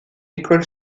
école